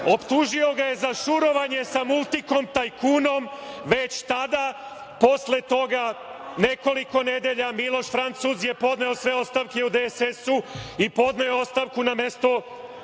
Optužio ga je za šurovanje sa „Multikom tajkunom“ već tada.13/2 DJ/MTPosle toga nekoliko nedelja Miloš „Francuz“ je podneo sve ostavke u DSS-u i podneo ostavku na mesto